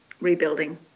rebuilding